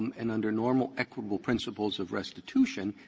and under normal equitable principles of restitution,